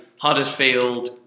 Huddersfield